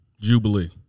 Jubilee